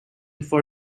for